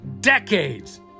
decades